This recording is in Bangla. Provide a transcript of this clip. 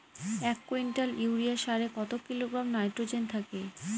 এক কুইন্টাল ইউরিয়া সারে কত কিলোগ্রাম নাইট্রোজেন থাকে?